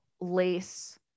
lace